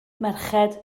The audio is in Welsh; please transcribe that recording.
merched